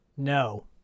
No